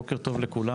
בוקר טוב לכולם,